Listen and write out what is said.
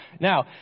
now